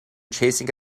chasing